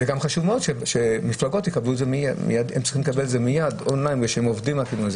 גם חשוב מאוד שמפלגות יקבלו את זה מיד און-ליין כי הם עובדים עם זה.